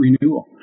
renewal